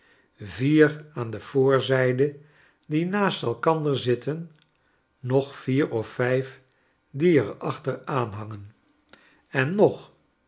vier aan de voorzijde die naast elkander zitten nog vier of vijf die er achter aan hangen en nog